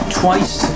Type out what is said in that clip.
twice